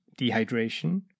dehydration